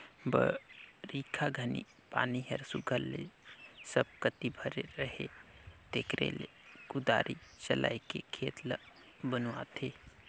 बरिखा घनी पानी हर सुग्घर ले सब कती भरे रहें तेकरे ले कुदारी चलाएके खेत ल बनुवाथे